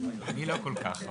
אני לא כל כך,